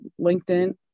LinkedIn